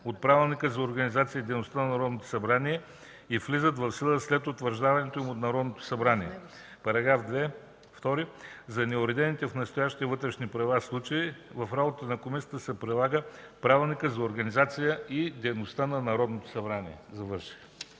от Правилника за организацията и дейността на Народното събрание и влизат в сила след утвърждаването им от Народното събрание. § 2. За неуредените в настоящите Вътрешни правила случаи в работата на Комисията се прилага Правилникът за организацията и дейността на Народното събрание.”